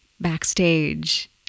backstage